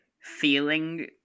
feeling